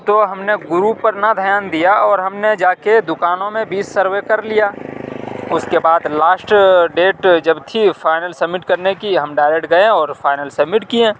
تو ہم نے گروپ پر نہ دھیان دیا اور ہم نے جا کے دکانوں میں بیس سروے کر لیا اس کے بعد لاسٹ ڈیٹ جب تھی فائنل سبمٹ کرنے کی ہم ڈائریکٹ گیے اور فائنل سبمٹ کیے